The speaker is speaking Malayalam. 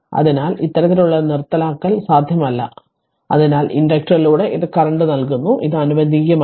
അതിനാൽ ഇത്തരത്തിലുള്ള നിർത്തലാക്കൽ സാധ്യമല്ല അതിനാൽ ഇൻഡക്റ്ററിലൂടെ ഇത് കറന്റ് നൽകുന്നു ഇത് അനുവദനീയമല്ല